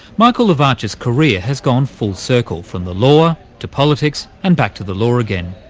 michael lavarch's career has gone full circle, from the law, to politics, and back to the law again.